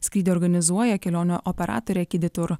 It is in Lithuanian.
skrydį organizuoja kelionių operatorė kidy tour